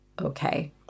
okay